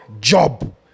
job